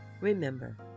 Remember